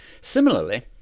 Similarly